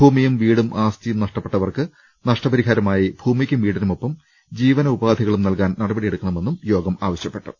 ഭൂമിയും വീടും ആസ്തിയും നഷ്ടപ്പെട്ടവർക്ക് നഷ്ടപരിഹാരമായി ഭൂമിക്കും വീടിനുമൊപ്പം ജീവന ഉപാധികളും നൽകാൻ നടപടി സ്വീകരിക്കണമെന്നും യോഗം ആവശ്യപ്പെട്ടു